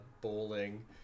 bowling